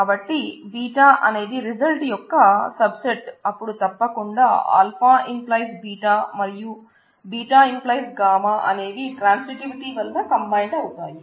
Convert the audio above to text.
కాబట్టి β అనేది రిజల్ట్ యొక్క సబ్ సెట్ అపుడు తప్పకుండా α→ β మరియు β→γ అనేవి ట్రాన్సిటివిటి వలన కంబైన్డ్ అవుతాయి